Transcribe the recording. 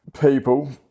people